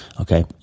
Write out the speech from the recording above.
Okay